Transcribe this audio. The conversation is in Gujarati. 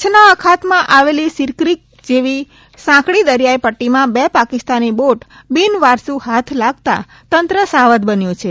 કચ્છના અખાતમાં આવેલી સિરક્રિક જેવી સાંકડી દરિયાઇ પદ્દીમાં બે પાકિસ્તાની બોટ બિનવારસુ હાથ લાગતા તંત્ર સાવધ બન્યું છે